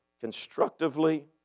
Constructively